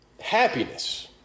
Happiness